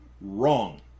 wrong